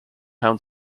town